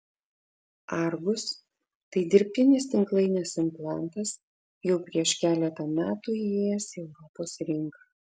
argus tai dirbtinis tinklainės implantas jau prieš keletą metų įėjęs į europos rinką